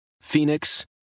Phoenix